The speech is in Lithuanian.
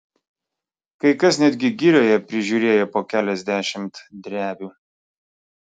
kai kas netgi girioje prižiūrėjo po keliasdešimt drevių